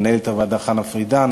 למנהלת הוועדה חנה פריידין,